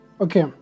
Okay